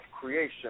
creation